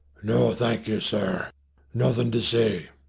no thank you, sir a nothing to say,